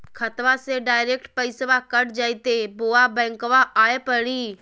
खाताबा से डायरेक्ट पैसबा कट जयते बोया बंकबा आए परी?